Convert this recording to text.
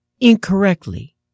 incorrectly